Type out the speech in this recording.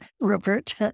Robert